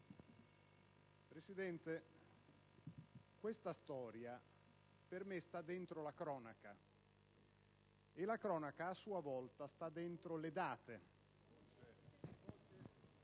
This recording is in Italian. Presidente, questa storia per me sta dentro la cronaca, che a sua volta sta dentro le date,